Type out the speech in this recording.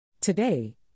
Today